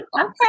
okay